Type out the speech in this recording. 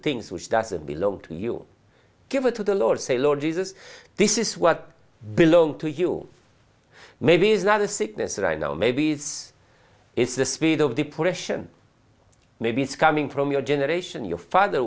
things which doesn't belong to you give it to the lord say lord jesus this is what belong to you maybe is not a sickness that i know maybe is the spirit of depression maybe it's coming from your generation your father